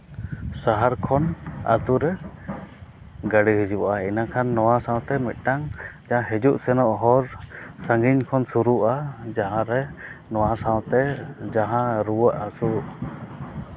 ᱥᱟᱦᱟᱨ ᱠᱷᱚᱱ ᱟᱛᱳ ᱨᱮ ᱜᱟᱹᱰᱤ ᱦᱤᱡᱩᱜᱼᱟ ᱤᱱᱟᱹᱠᱷᱟᱱ ᱱᱚᱣᱟ ᱥᱟᱶᱛᱮ ᱢᱤᱫᱴᱟᱝ ᱦᱤᱡᱩᱜ ᱥᱮᱱᱚᱜ ᱦᱚᱨ ᱥᱟᱺᱜᱤᱧ ᱠᱷᱚᱱ ᱥᱩᱨᱩᱜᱼᱟ ᱡᱟᱦᱟᱸ ᱨᱮ ᱱᱚᱣᱟ ᱥᱟᱶᱛᱮ ᱡᱟᱦᱟᱸ ᱨᱩᱣᱟᱹᱜ ᱦᱟᱹᱥᱩᱜ